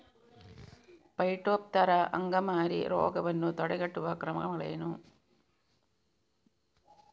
Phytophthora ಅಂಗಮಾರಿ ರೋಗವನ್ನು ತಡೆಗಟ್ಟುವ ಕ್ರಮಗಳೇನು?